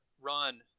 run